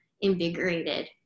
invigorated